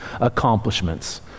accomplishments